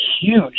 huge